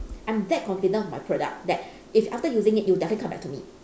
I'm that confident of my product that if after using it you'll definitely come back to me